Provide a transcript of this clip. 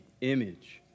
image